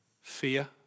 Fear